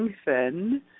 strengthen